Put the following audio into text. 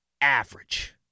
average